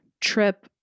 trip